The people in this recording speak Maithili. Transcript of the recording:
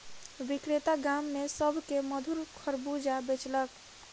विक्रेता गाम में सभ के मधुर खरबूजा बेचलक